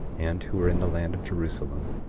and who were in the land of jerusalem,